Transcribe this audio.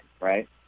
right